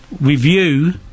review